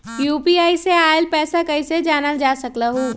UPI से आईल पैसा कईसे जानल जा सकहु?